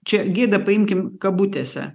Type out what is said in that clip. čia gėda paimkim kabutėse